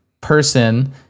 person